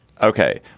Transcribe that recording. Okay